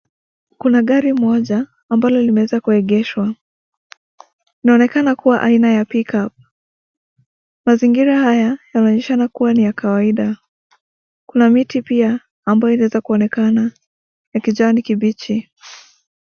Kuna gari moja ambalo limeweza kuegeshwa , inaonekana kuwa aina ya pick up . Mazingira haya yanaonyeshana kuwa ni ya kawaida . Kuna miti pia ambayo inaweza kuonekana ya kijani kibichi .